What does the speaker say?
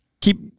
keep